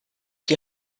die